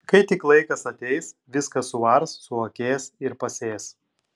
kai tik laikas ateis viską suars suakės ir pasės